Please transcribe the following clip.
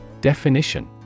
Definition